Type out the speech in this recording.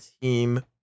team